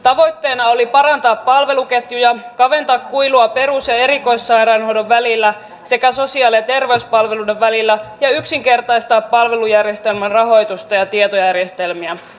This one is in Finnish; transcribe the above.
tavoitteena oli parantaa palveluketjuja kaventaa kuilua perus ja erikoissairaanhoidon välillä sekä sosiaali ja terveyspalveluiden välillä ja yksinkertaistaa palvelujärjestelmän rahoitusta ja tietojärjestelmiä